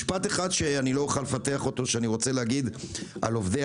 משפט אחד שאני לא אוכל לפתח אותו אבל אני רוצה לומר על עובדי